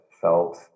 felt